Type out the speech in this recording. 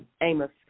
Amos